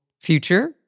future